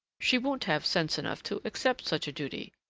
she won't have sense enough to accept such a duty.